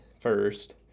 first